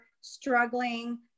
struggling